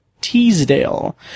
Teasdale